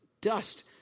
dust